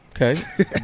okay